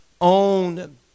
own